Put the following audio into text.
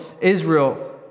Israel